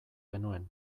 genuen